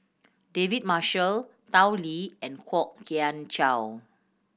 David Marshall Tao Li and Kwok Kian Chow